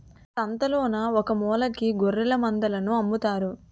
సంతలోన ఒకమూలకి గొఱ్ఱెలమందలను అమ్ముతారు